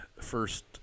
First